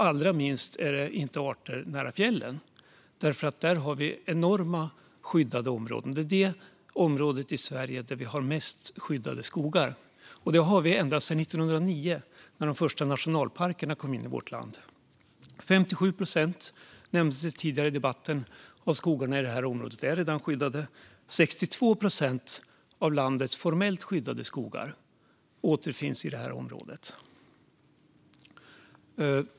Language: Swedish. Allra minst är det arter nära fjällen, för där har vi enorma skyddade områden. Det är det område i Sverige där vi har flest skyddade skogar, och det har vi haft ända sedan 1909 då de första nationalparkerna inrättades i vårt land. Tidigare i debatten nämndes att 57 procent av skogarna i det här området redan är skyddade. 62 procent av landets formellt skyddade skogar återfinns i det här området.